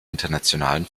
internationalen